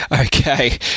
Okay